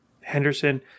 Henderson